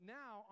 now